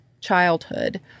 childhood